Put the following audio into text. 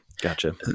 Gotcha